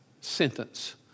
sentence